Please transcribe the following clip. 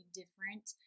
different